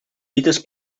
dites